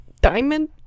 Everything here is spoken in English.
Diamond